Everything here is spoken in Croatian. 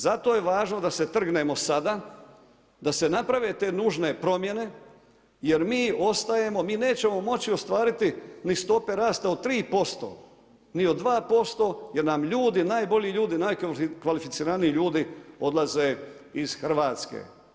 Zato je važno da se trgnemo sada, da se naprave te nužne promjene jer mi ostajemo, mi nećemo moći ostvariti ni stope rasta od 3% ni od 2% jer nam ljudi, najbolji ljudi, najkvalificiraniji ljudi odlaze iz Hrvatske.